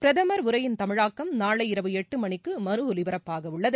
பிரதமர் உரையின் தமிழாக்கம் நாளை இரவு எட்டு மணிக்கு மறு ஒலிபரப்பாகவுள்ளது